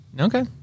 okay